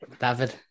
David